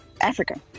Africa